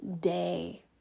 day